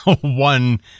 one